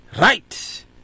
Right